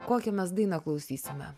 kokią mes dainą klausysime